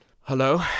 Hello